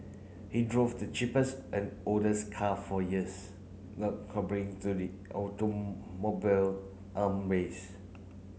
he drove the cheapest and oldest car for years not to the automobile arm race